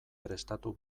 prestatu